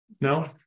No